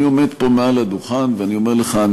אני עומד פה מעל הדוכן ואני אומר לך,